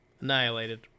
Annihilated